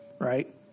Right